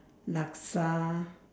laksa